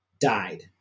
died